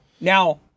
Now